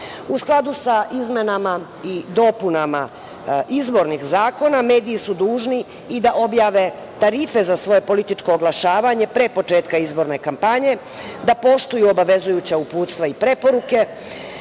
skladu sa izmenama i dopunama izbornih zakona mediji su dužni i da objave tarife za svoje političko oglašavanje pre početka izborne kampanje, da poštuju obavezujuća uputstva i preporuke,